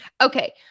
okay